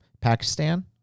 Pakistan